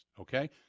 okay